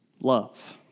love